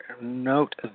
note